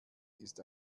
ist